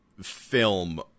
film